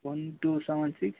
one two seven six